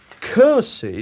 Cursed